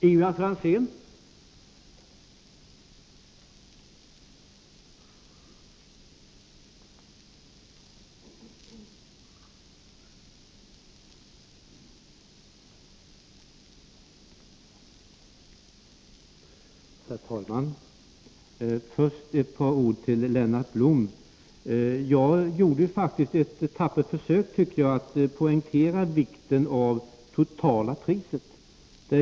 Herr talman! Först ett par ord till Lennart Blom. Jag gjorde faktiskt ett tappert försök, tyckte jag, att poängtera vikten av det totala priset.